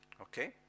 Okay